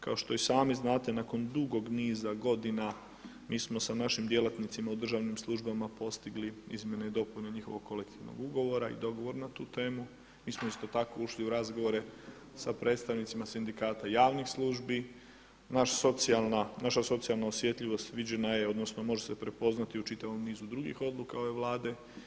Kao što i sami znate nakon dugog niza godina mi smo sa našim djelatnicima u državnim službama postigli izmjene i dopune njihovog kolektivnog ugovora i dogovor na tu temu, mi smo isto tako ušli u razgovore sa predstavnicima sindikata javnih službi, naša socijalna osjetljivost viđena je odnosno može se prepoznati u čitavom nizu drugih odluka ove Vlade.